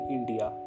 India